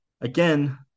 again